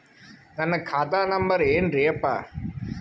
ನನ್ನ ಖಾತಾ ನಂಬರ್ ಏನ್ರೀ ಯಪ್ಪಾ?